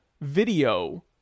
video